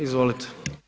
Izvolite.